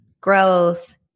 growth